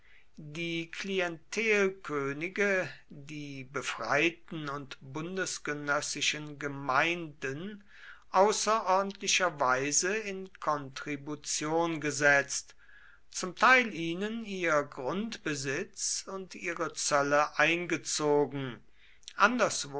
die klientelkönige die befreiten und bundesgenössischen gemeinden außerordentlicherweise in kontribution gesetzt zum teil ihnen ihr grundbesitz und ihre zölle eingezogen anderswo